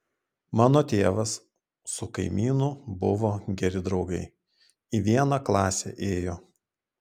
mano tėvas su kaimynu buvo geri draugai į vieną klasę ėjo